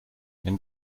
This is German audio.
wenn